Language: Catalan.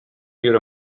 viure